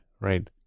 Right